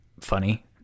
funny